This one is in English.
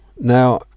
Now